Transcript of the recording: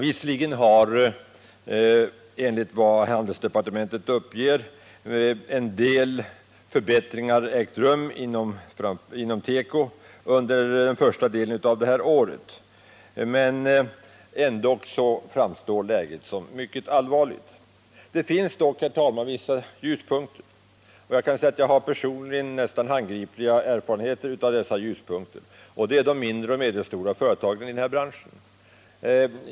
Visserligen har en del förbättringar ägt rum inom teko under den första delen av detta år, enligt vad handelsdepartementet uppger, men ändock framstår läget som mycket allvarligt. Det finns dock, herr talman, vissa ljuspunkter. Jag har personligen nästan handgripliga erfarenheter av dessa ljuspunkter, och det gäller de mindre och medelstora företagen i denna bransch.